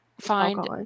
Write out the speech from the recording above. find